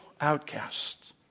outcasts